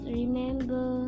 remember